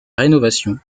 rénovation